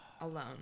alone